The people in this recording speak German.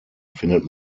findet